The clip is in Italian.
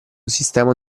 sistema